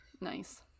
Nice